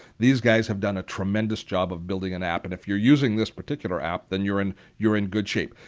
these guys have done a tremendous job of building an app and if you're using this particular app then you're in you're in good shape.